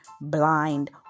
blind